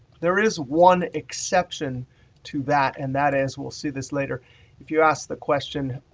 there is one exception to that and that is we'll see this later if you ask the question,